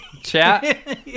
chat